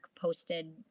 posted